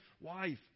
wife